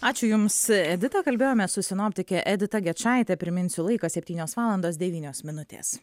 ačiū jums edita kalbėjomės su sinoptike edita gečaite priminsiu laiką septynios valandos devynios minutės